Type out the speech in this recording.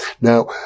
Now